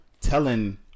telling